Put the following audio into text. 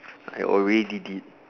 I already did